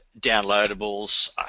downloadables